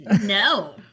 No